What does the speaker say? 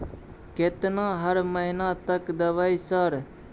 केतना हर महीना तक देबय सर?